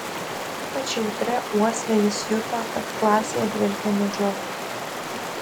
ypač jautria uosle jis juto kad klasėje dvelkė medžiokle